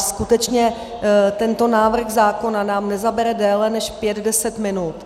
Skutečně nám tento návrh zákona nezabere déle než pět, deset minut.